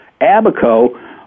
Abaco